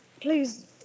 please